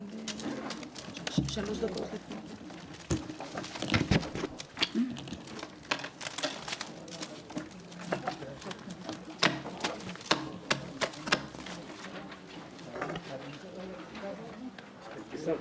15:43.